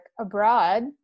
abroad